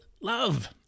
love